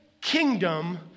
kingdom